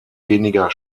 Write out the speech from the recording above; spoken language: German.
weniger